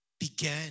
Began